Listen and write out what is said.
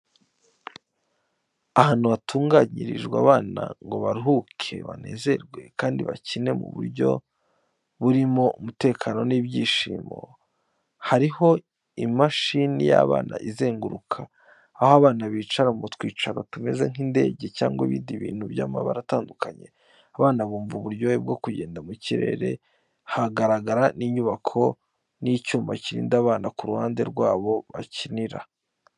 Ahantu hatunganyirijwe abana ngo baruhuke, banezerwe kandi bakine mu buryo burimo umutekano n'ibyishimo. Hariho imashini y'abana izenguruka, aho abana bicara mu twicaro tumeze nk’indege cyangwa ibindi bintu by’amabara atandukanye. Abana bumva uburyohe bwo kugenda mu kirere, hagaragara n’inyubako n’icyuma kirinda abana ku ruhande rw’aho bakinira.